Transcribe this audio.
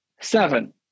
seven